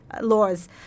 laws